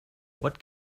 what